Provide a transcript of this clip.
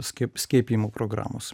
skiep skiepijimo programos